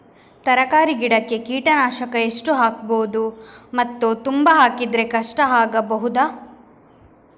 ತರಕಾರಿ ಗಿಡಕ್ಕೆ ಕೀಟನಾಶಕ ಎಷ್ಟು ಹಾಕ್ಬೋದು ಮತ್ತು ತುಂಬಾ ಹಾಕಿದ್ರೆ ಕಷ್ಟ ಆಗಬಹುದ?